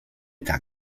tak